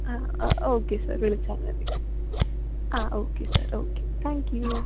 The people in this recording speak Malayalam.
ഓക്കേ സാർ വിളിച്ചാൽ മതി ആ okay sir okay thank you